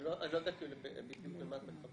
אני לא יודע בדיוק למה את מכוונת.